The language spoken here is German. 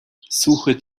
suche